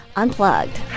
unplugged